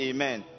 Amen